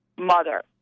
mother